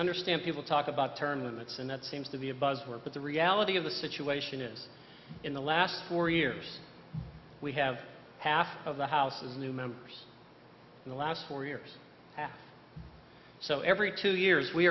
understand people talk about term limits and that seems to be a buzzword but the reality of the situation is in the last four years we have half of the houses new members in the last four years so every two years we